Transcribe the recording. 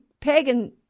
pagan